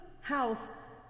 house